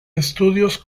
estudios